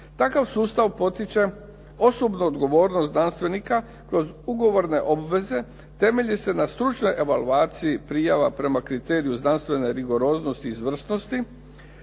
Takav sustav potiče osobnu odgovornost znanstvenika kroz ugovorne obveze, temelji se na stručnoj evaluaciji prijava prema kriteriju znanstvene rigoroznosti i izvrsnosti